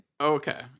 Okay